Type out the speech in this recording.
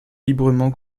librement